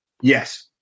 Yes